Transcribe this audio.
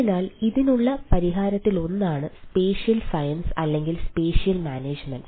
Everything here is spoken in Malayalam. അതിനാൽ ഇതിനുള്ള പരിഹാരങ്ങളിലൊന്നാണ് സ്പേഷ്യൽ സയൻസ് അല്ലെങ്കിൽ സ്പേഷ്യൽ മാനേജ്മെന്റ്